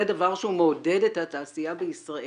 זה דבר שהוא מעודד את התעשייה בישראל"